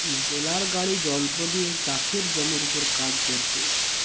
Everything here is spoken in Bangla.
বেলার গাড়ি যন্ত্র দিয়ে চাষের জমির উপর কাজ কোরছে